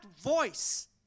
voice